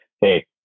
Hey